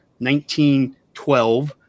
1912